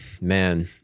man